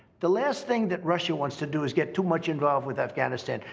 the last thing that russia wants to do is get too much involved with afghanistan.